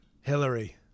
Hillary